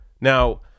Now